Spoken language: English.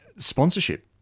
Sponsorship